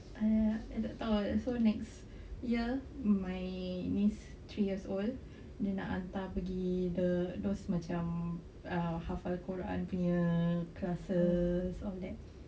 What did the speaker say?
ah I tak tahu so next year my niece three years old then dia nak hantar pergi those macam ah hafal quran punya classes all that